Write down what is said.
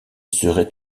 serait